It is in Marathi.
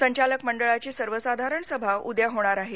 संचालक मंडळाची सर्वसाधारण सभा उद्या होणार आहे